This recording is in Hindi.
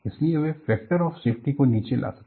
इसलिए वे फैक्टर ऑफ सेफ्टी को नीचे ला सके